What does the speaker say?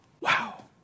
Wow